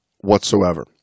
whatsoever